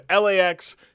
LAX